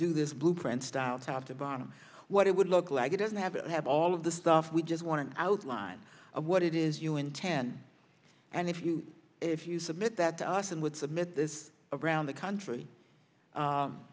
do this blueprint style top to bottom what it would look like it doesn't have to have all of the stuff we just want to outline of what it is you intend and if you if you submit that to us and would submit this around the country